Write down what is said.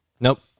Nope